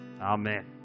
Amen